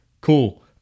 cool